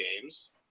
games